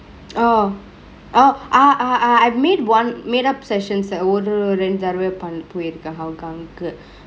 oh oh I I I I've made one made up sessions ஒரு ரெண்டு தரவே பன்~ போய்ருக்க:oru rendu tarave pan~ poiruke hougangk கு:ku